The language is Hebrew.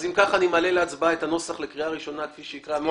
אני מעלה להצבעה לקריאה ראשונה את הצעת חוק